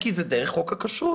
כי זה דרך חוק הכשרות.